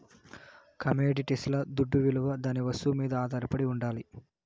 కమొడిటీస్ల దుడ్డవిలువ దాని వస్తువు మీద ఆధారపడి ఉండాలి